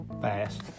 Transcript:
fast